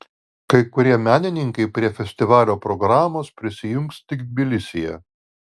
kai kurie menininkai prie festivalio programos prisijungs tik tbilisyje